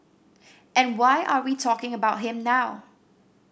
and why are we talking about him now